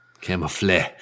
Camouflage